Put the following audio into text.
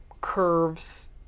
curves